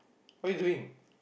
what're you doing